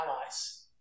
allies